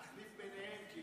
אדוני היושב-ראש, מכובדיי,